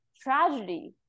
tragedy